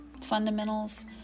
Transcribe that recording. fundamentals